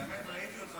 את האמת, ראיתי אותך